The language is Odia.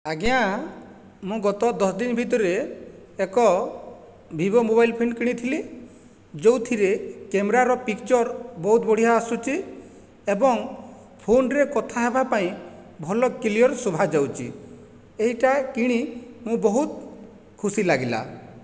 ଆଜ୍ଞା ମୁଁ ଗତ ଦଶଦିନ ଭିତରେ ଏକ ଭିଭୋ ମୋବାଇଲ୍ ଫୋନ୍ କିଣିଥିଲି ଯେଉଁଥିରେ କ୍ୟାମେରାର ପିକ୍ଚର ବହୁତ ବଢ଼ିଆ ଆସୁଛି ଏବଂ ଫୋନ୍ରେ କଥା ହେବା ପାଇଁ ଭଲ କ୍ଲିଅର ଶୁଭା ଯାଉଛି ଏଇଟା କିଣି ମୁଁ ବହୁତ ଖୁସି ଲାଗିଲା